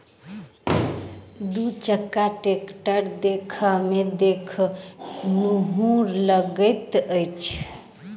दू चक्का टेक्टर देखबामे देखनुहुर लगैत अछि